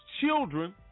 children